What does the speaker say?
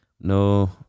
no